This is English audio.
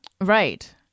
Right